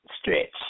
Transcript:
stretch